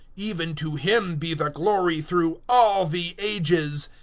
even to him be the glory through all the ages!